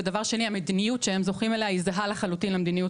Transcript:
ודבר שני המדיניות שהם זוכים אליה היא זהה לחלוטין למדיניות